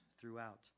throughout